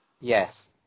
Yes